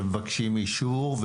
ומבקשים אישור,